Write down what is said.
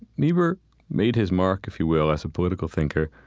niebuhr made his mark, if you will, as a political thinker,